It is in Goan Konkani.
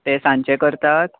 ते सांजचें करतात